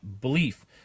belief